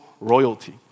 royalty